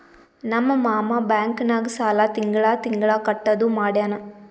ನಮ್ ಮಾಮಾ ಬ್ಯಾಂಕ್ ನಾಗ್ ಸಾಲ ತಿಂಗಳಾ ತಿಂಗಳಾ ಕಟ್ಟದು ಮಾಡ್ಯಾನ್